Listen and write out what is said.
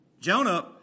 Jonah